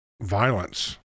violence